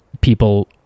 people